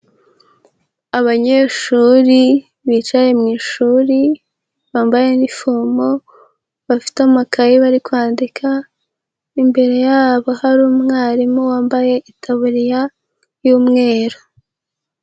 Abanyeshuri bicaye mu ishuri, bambaye inifomo, bafite amakaye bari kwandika, imbere yabo hari umwarimu wambaye itaburiya y'umweru.